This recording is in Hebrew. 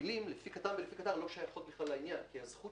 המילים "לפי כט"ר ולפי כטר"מ לא שייכות בכלל לעניין כי הזכות